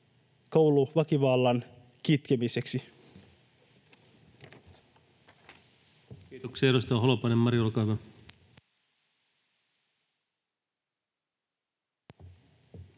kouluväkivallan kitkemiseksi. Kiitoksia.